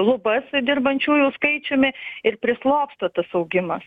lubas dirbančiųjų skaičiumi ir prislopsta tas augimas